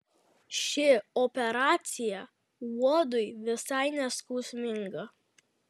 ši operacija uodui visai neskausminga